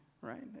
right